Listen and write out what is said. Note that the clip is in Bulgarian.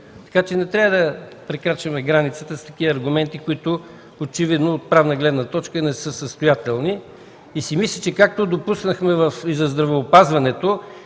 Така че не трябва да прекрачваме границата с аргументи, които очевидно от правна гледна точка са несъстоятелни. Мисля си, че както допуснахме и в здравеопазването